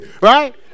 Right